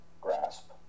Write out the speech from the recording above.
grasp